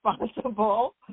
responsible